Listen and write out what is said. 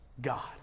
God